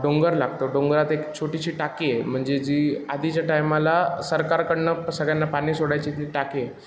डोंगर लागतो डोंगरात एक छोटीशी टाकी आहे म्हणजे जी आधीच्या टायमाला सरकारकडनं सगळ्यांना पाणी सोडायची ती टाकी आहे